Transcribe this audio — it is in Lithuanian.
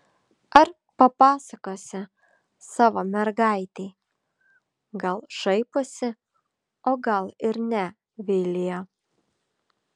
ar papasakosi savo mergaitei gal šaiposi o gal ir ne vilija